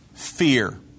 Fear